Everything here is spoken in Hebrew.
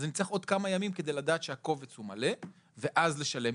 אז אני צריך עוד כמה ימים כדי לדעת שהקובץ הוא מלא ואז לשלם.